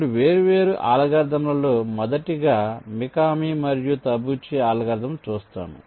2 వేర్వేరు అల్గారిథమ్లలో మొదటిగా మికామి మరియు తబుచి అల్గోరిథం చూస్తాము